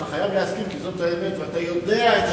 אתה חייב להסכים כי זאת האמת ואתה יודע את זה.